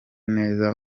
neza